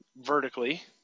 vertically